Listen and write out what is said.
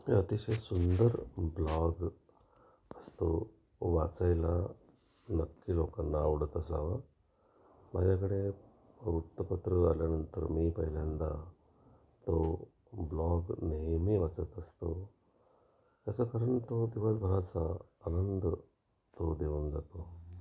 हे अतिशय सुंदर ब्लॉग असतो वाचायला नक्की लोकांना आवडत असावा माझ्याकडे वृत्तपत्र झाल्यानंतर मी पहिल्यांदा तो ब्लॉग नेहमी वाचत असतो याचं कारण तो दिवसभराचा आनंद तो देऊन जातो